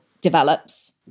develops